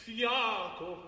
Fiato